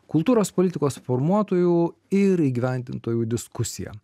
kultūros politikos formuotojų ir įgyvendintojų diskusiją